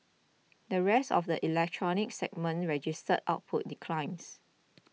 the rest of the electronics segments registered output declines